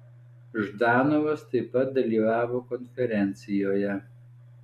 ždanovas taip pat dalyvavo konferencijoje